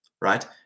right